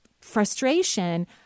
frustration